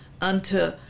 unto